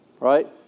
right